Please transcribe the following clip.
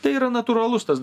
tai yra natūralus tas